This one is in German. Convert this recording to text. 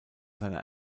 seiner